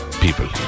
people